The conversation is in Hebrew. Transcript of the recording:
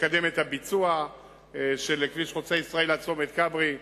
לקדם את הביצוע של כביש חוצה-ישראל עד צומת כברי בצפון.